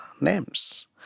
names